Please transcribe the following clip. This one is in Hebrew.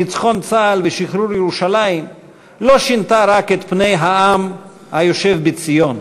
ניצחון צה"ל ושחרור ירושלים לא שינתה רק את פני העם היושב בציון,